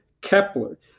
Kepler